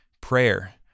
prayer